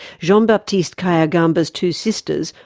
jean baptiste kayigamba's two sisters,